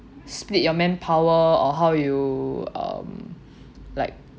split your manpower or how you um like